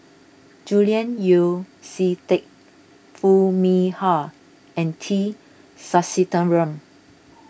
Julian Yeo See Teck Foo Mee Har and T Sasitharan